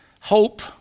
Hope